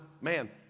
man